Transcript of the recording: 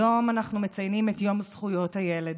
היום אנחנו מציינים את יום זכויות הילד,